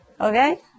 okay